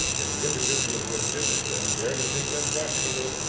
if the individual who exhibits them dare to think them practicable,